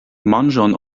manĝon